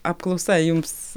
apklausa jums